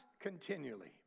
continually